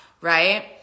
right